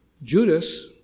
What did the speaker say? Judas